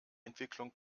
entwicklung